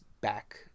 back